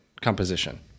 composition